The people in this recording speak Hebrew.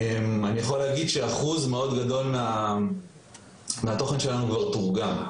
אני יכול להגיד שאחוז מאוד גדול מהתוכן שלנו כבר תורגם.